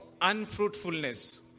unfruitfulness